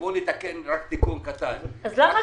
בואו נתקן רק תיקון קטן --- אז למה